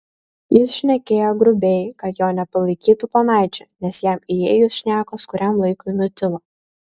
jis šnekėjo grubiai kad jo nepalaikytų ponaičiu nes jam įėjus šnekos kuriam laikui nutilo